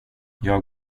jag